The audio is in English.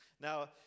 Now